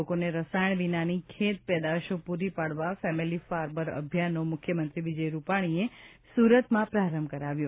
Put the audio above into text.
લોકોને રસાયણ વિનાની ખેત પેદાશો પૂરી પાડવા ફેમિલી ફાર્મર અભિયાનનો મુખ્યમંત્રી વિજય રૂપાણીએ સુરતમાં પ્રારંભ કરાવ્યો